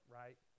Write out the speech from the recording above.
right